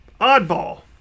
Oddball